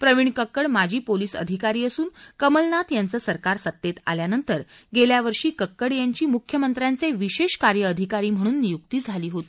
प्रविण कक्कड माजी पोलीस अधिकारी असून कमलनाथ यांचं सरकार सत्तेत आल्यानंतर गेल्या वर्षी कक्कड यांची मुख्यमंत्र्यांचे विशेष कार्यअधिकारी म्हणून नियुक्ती झाली होती